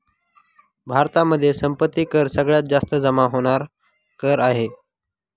भारतामध्ये संपत्ती कर सगळ्यात जास्त जमा होणार कर आहे